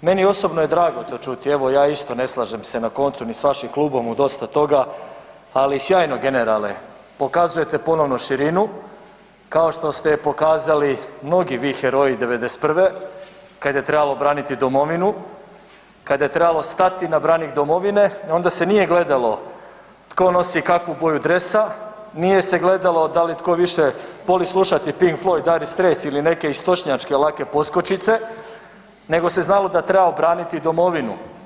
meni osobno je drago to čuti, evo, ja isto ne slažem se na koncu, ni s vašim klubom u dosta toga, ali sjajno generale, pokazujete ponovno širinu kao što ste je pokazali mnogi vi heroji '91. kad je trebalo braniti domovinu, kada je trebalo stati na branik domovine, onda se nije gledalo tko nosi kakvu boju dresa, nije se gledalo da li tko više voli slušati Pink Floyd, Dire Straits ili neke istočnjačke lake poskočice, nego se znalo da treba obraniti domovinu.